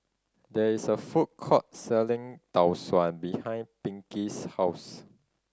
there is a food court selling Tau Suan behind Pinkie's house